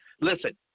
Listen